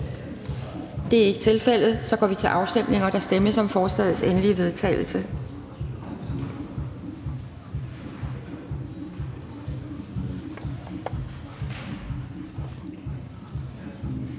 Det er der ikke. Så går vi til afstemning, og der stemmes om lovforslagets endelige vedtagelse,